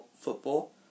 football